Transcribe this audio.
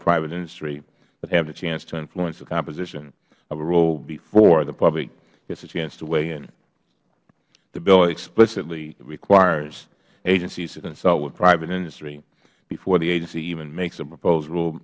private industry would have the chance to influence the composition of a rule before the public gets a chance to weigh in the bill explicitly requires agencies to consult with private industry before the agency even makes a propos